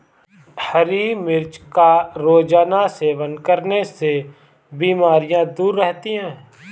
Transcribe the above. हरी मिर्च का रोज़ाना सेवन करने से बीमारियाँ दूर रहती है